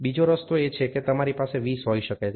બીજો રસ્તો એ છે કે તમારી પાસે 20 હોઈ શકે છે